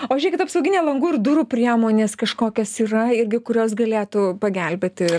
o žiūrėkit apsauginiai langų ir durų priemonės kažkokios yra irgi kurios galėtų pagelbėti ir